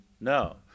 no